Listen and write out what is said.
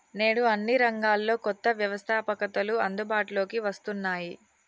నేడు అన్ని రంగాల్లో కొత్త వ్యవస్తాపకతలు అందుబాటులోకి వస్తున్నాయి